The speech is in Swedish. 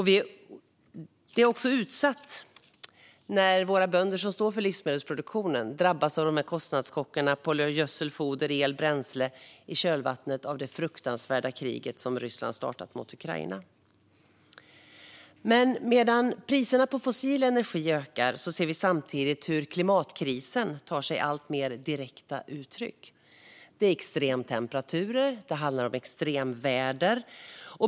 Vi blir också utsatta när våra bönder, som står för livsmedelsproduktionen, drabbas av kostnadschocker på gödsel, foder, el och bränsle i kölvattnet av Rysslands fruktansvärda krig mot Ukraina. Samtidigt som priserna på fossil energi rusar ser vi hur klimatkrisen tar sig alltmer direkta uttryck i extrema temperaturer och extremväder.